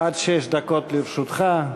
עד שש דקות לרשותך.